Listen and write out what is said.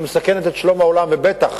שמסכנת את שלום העולם ובטח